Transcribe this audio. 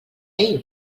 ell